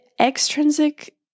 Extrinsic